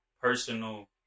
personal